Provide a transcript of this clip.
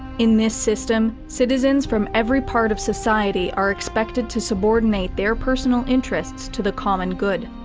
in this system, citizens from every part of society are expected to subordinate their personal interests to the common good.